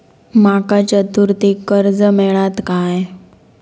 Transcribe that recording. माका चतुर्थीक कर्ज मेळात काय?